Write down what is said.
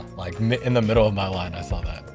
like in the middle of my line, i saw that.